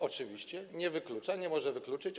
Oczywiście nie wyklucza, nie może wykluczyć.